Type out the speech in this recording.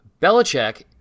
Belichick